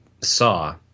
saw